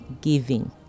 giving